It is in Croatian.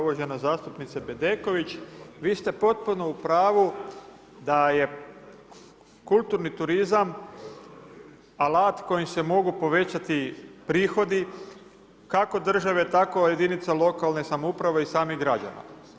Uvažena zastupnice Bedeković, vi ste potpuno u pravo da je kulturni turizam alat kojim se mogu povećati prihodi, kako države, tako i jedinica lokalne samouprave i samih građana.